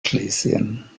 schlesien